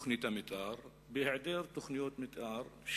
מתוכנית המיתאר, בהעדר תוכניות מיתאר.